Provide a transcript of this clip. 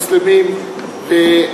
מוסלמים,